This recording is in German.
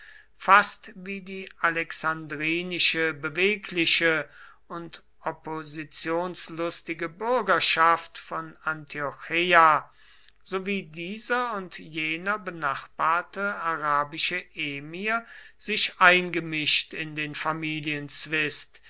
fast wie die alexandrinische bewegliche und oppositionslustige bürgerschaft von antiocheia sowie dieser und jener benachbarte arabische emir sich eingemischt in den